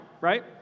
right